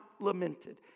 lamented